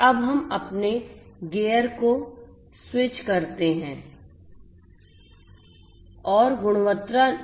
अब हम अपने गियर को स्विच करते हैं और गुणवत्ता नियंत्रण पर आते हैं